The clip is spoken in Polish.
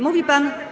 Mówi pan.